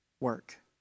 work